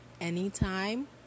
Anytime